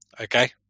Okay